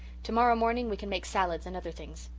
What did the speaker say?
tomorrow morning we can make salads and other things.